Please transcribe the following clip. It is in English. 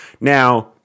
Now